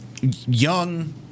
young